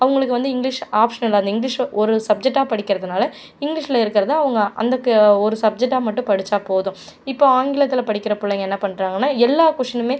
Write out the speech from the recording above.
அவங்களுக்கு வந்து English optional அந்த இங்கிலீஷை ஒரு சப்ஜெக்ட்டாக படிக்கிறதுனால் இங்கிலீஷில் இருக்கிறத அவங்க அந்தக்கு ஒரு சப்ஜெக்ட்டாக மட்டும் படித்தா போதும் இப்போ ஆங்கிலத்தில் படிக்கிற பிள்ளைங்க என்ன பண்ணுறாங்கன்னா எல்லா கொஷ்ஷுனும்